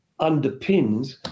underpins